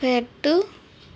పెట్టు